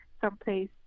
someplace